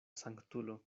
sanktulo